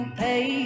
pay